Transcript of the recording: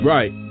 Right